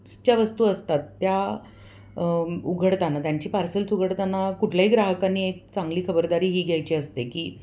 सच्या वस्तू असतात त्या उघडताना त्यांची पार्सल्स उघडताना कुठल्याही ग्राहकांनी एक चांगली खबरदारी ही घ्यायची असते की